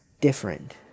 different